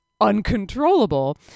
uncontrollable